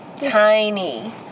Tiny